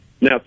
Now